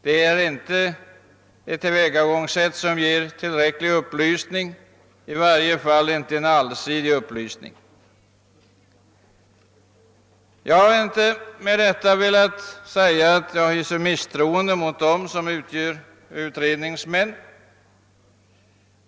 Det är inte ett tillvägagångssätt som ger tillräcklig belysning, i varje fall inte en allsidig belysning. Jag har inte med detta velat säga att jag hyser misstroende mot dem som är utredningsmän.